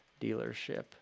dealership